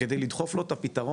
כדי לדחוף לו את הפתרון,